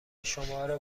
شمارو